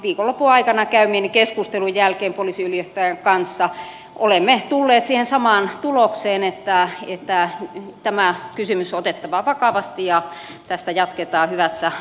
viikonlopun aikana poliisiylijohtajan kanssa käymäni keskustelun jälkeen olemme tulleet siihen samaan tulokseen että tämä kysymys on otettava vakavasti ja tästä jatketaan hyvässä